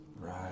Right